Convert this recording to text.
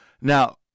Now